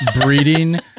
breeding